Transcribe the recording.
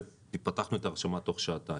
פתחנו את ההרשמה תוך שעתיים.